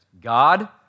God